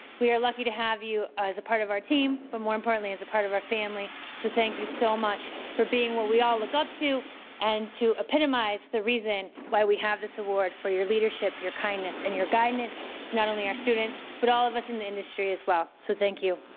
we are lucky to have you as a part of our team, but more importantly as a part of our family. so, thank you so much for being what we all look up to and to epitomize the reason why we have this award for your leadership, your kindness and your guidance to not only our students but all of us in the industry as well. so, thank you.